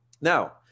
Now